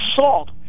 assault